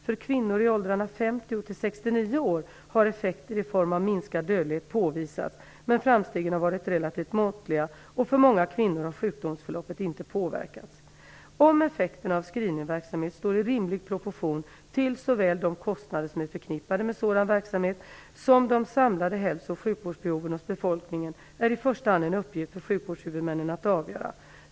För kvinnor i åldrarna 50-69 år har effekter i form av minskad dödlighet påvisats, men framstegen har varit relativt måttliga och för många kvinnor har sjukdomsförloppet inte påverkats. Om effekterna av screeningverksamhet står i rimlig proportion till såväl de kostnader som är förknippade med sådan verksamhet som de samlade hälso och sjukvårdsbehoven hos befolkningen är i första hand en uppgift för sjukvårdshuvudmännen att avgöra.